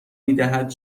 میدهد